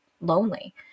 lonely